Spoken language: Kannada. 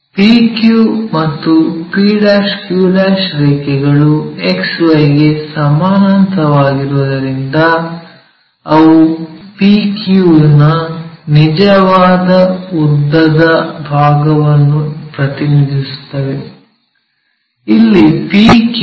p q ಮತ್ತು p q ರೇಖೆಗಳು XY ಗೆ ಸಮಾನಾಂತರವಾಗಿರುವುದರಿಂದ ಅವು PQ ಯ ನಿಜವಾದ ಉದ್ದದ ಭಾಗವನ್ನು ಪ್ರತಿನಿಧಿಸುತ್ತವೆ ಇಲ್ಲಿ PQ 60 ಮಿ